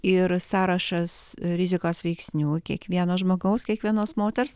ir sąrašas rizikos veiksnių kiekvieno žmogaus kiekvienos moters